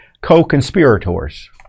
co-conspirators